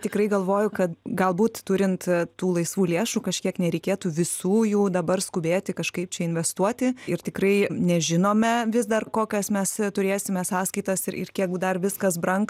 tikrai galvoju kad galbūt turint tų laisvų lėšų kažkiek nereikėtų visų jų dabar skubėti kažkaip čia investuoti ir tikrai nežinome vis dar kokias mes turėsime sąskaitas ir ir kiek dar viskas brangs